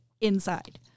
inside